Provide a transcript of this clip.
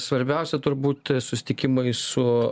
svarbiausia turbūt susitikimai su